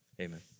amen